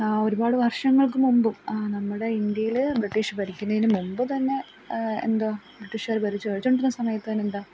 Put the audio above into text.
ഒരുപാട് വർഷങ്ങൾക്ക് മുൻപും നമ്മുടെ ഇന്ത്യയിൽ ബ്രിട്ടീഷ് ഭരിക്കുന്നതിന് മുൻപ് തന്നെ എന്താണ് ബ്രിട്ടീഷുകാർ ഭരിച്ചുകൊണ്ടിരുന്ന സമയത്ത് തന്നെ എന്താണ്